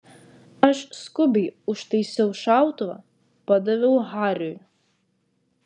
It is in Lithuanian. aš skubiai užtaisiau šautuvą padaviau hariui